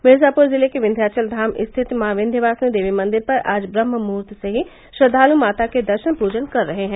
मिर्जापुर जिले के विन्ध्याचलधाम स्थित मॉ विन्ध्यासिनी देवी मंदिर पर आज ब्रम्हहुमूर्त से ही श्रद्वालु माता के दर्शन पूजन कर रहे हैं